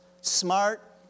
smart